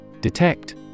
Detect